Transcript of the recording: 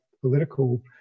political